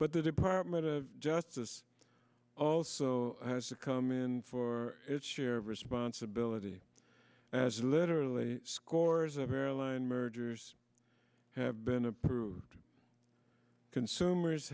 but the department of justice also has to come in for its share of responsibility as literally scores of airline mergers have been approved consumers